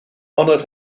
honored